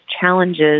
challenges